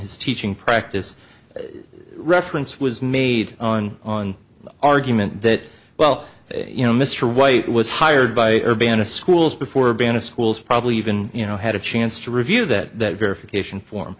his teaching practice reference was made on on the argument that well you know mr white was hired by a band of schools before band of schools probably even you know had a chance to review that verification for